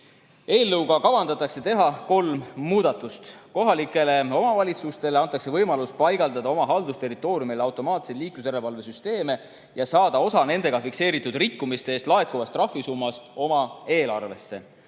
Eelnõuga kavatsetakse teha kolm muudatust. Kohalikele omavalitsustele antakse võimalus paigaldada oma haldusterritooriumile automaatseid liiklusjärelevalvesüsteeme ja saada osa nendega fikseeritud rikkumiste eest laekuvast trahvisummast oma eelarvesse.